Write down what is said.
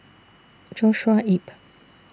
Joshua Ip